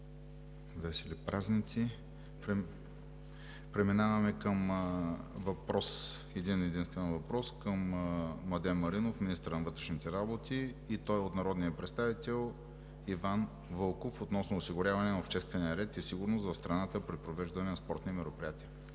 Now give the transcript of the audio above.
Весели празници! Преминаваме към един-единствен въпрос към Младен Маринов – министър на вътрешните работи, и той е от народния представител Иван Вълков относно осигуряване на обществения ред и сигурност в страната при провеждане на спортни мероприятия.